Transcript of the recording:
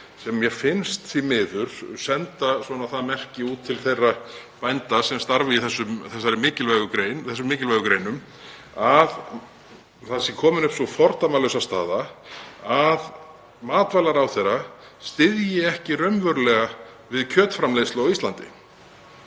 sem mér finnst, því miður, senda það merki út til þeirra bænda sem starfa í þessum mikilvægu greinum að það sé komin upp sú fordæmalausa staða að matvælaráðherra styðji ekki raunverulega við kjötframleiðslu á íslandi.